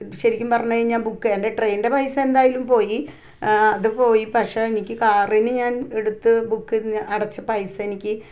ശരിക്കും പറഞ്ഞ് കഴിഞ്ഞാൽ ബുക്ക് എൻ്റെ ട്രെയിനിൻ്റെ പൈസ എന്തായാലും പോയി അതുപോയി പക്ഷേ എനിക്ക് കാറിന് ഞാൻ എടുത്തു ബുക്ക് അടച്ച പൈസ എനിക്ക്